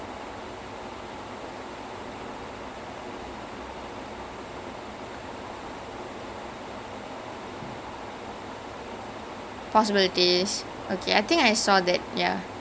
ya then there was this another villain called I think so அவன் வந்து:avan vanthu he can literally imagine எல்லா:ellaa future இருக்குற:irukura possibilities there so